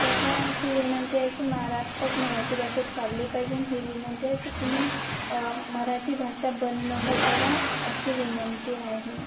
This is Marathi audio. ठीक आहे अशी विनंती आहे की महाराष्ट्रात मराठी भाषेत चालली पाहिजे हे विनंती आहे की तुम्ही मराठी भाषा बंद नका करू अशी विनंती आहे